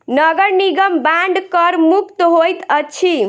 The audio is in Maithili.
नगर निगम बांड कर मुक्त होइत अछि